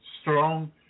Strong